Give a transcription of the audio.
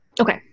okay